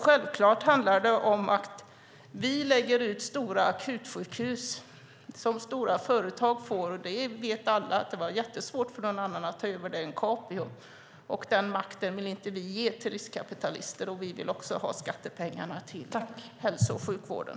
Självklart handlar det om att vi lägger ut stora akutsjukhus som stora företag får. Alla vet att det var jättesvårt för någon annan att ta över efter Capio. Den makten vill vi inte ge till riskkapitalister, och vi vill också ha skattepengarna till hälso och sjukvården.